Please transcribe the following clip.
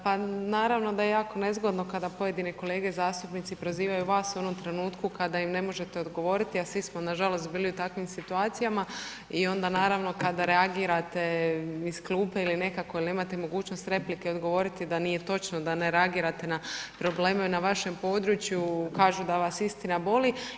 Pa naravno da je jako nezgodno kada pojedine kolege zastupnici prozivaju vas i u onom trenutku kada im ne možete odgovoriti, a svi smo nažalost bili u takvim situacijama i onda naravno kada reagirate iz klupe ili nekako jel nemate mogućnost replike i odgovoriti da nije točno da ne reagirati na probleme na vašem području, kažu da vas istina boli.